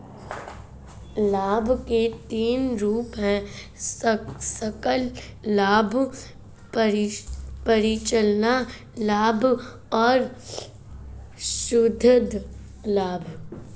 लाभ के तीन रूप हैं सकल लाभ, परिचालन लाभ और शुद्ध लाभ